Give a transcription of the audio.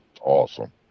Awesome